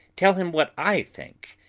tell him what i think,